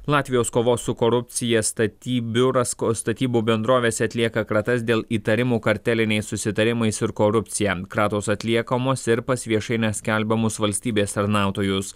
latvijos kovos su korupcija staty biuras ko statybų bendrovėse atlieka kratas dėl įtarimų karteliniais susitarimais ir korupcija kratos atliekamos ir pas viešai neskelbiamus valstybės tarnautojus